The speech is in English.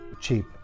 cheap